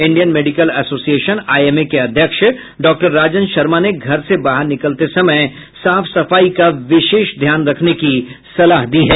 Indian medical association IMA के अध्यक्ष doctor Rajan Sharma ने घर से बाहर निकलते समय साफ सफाई का विशेष ध्यान रखने की सलाह दी है